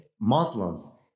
Muslims